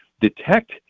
detect